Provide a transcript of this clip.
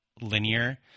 linear